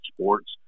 sports